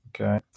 Okay